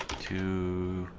to